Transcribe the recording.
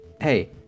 hey